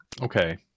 okay